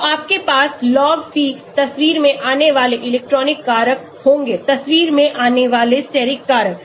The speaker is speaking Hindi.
तो आपके पास log p तस्वीर में आने वाले इलेक्ट्रॉनिक कारक होंगे तस्वीर में आने वाले स्टेरिक कारक